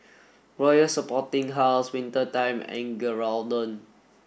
Royal Sporting House Winter Time and Geraldton